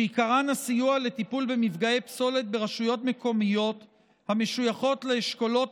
שעיקרן הסיוע לטיפול במפגעי פסולת ברשויות מקומיות המשויכות לאשכולות